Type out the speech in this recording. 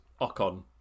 Ocon